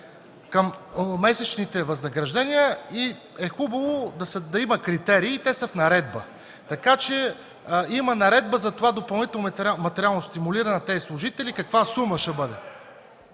към месечните възнаграждения – хубаво е да има критерии, и те са в наредба. Има наредба за допълнителното материално стимулиране на тези служители – каква сума ще бъде.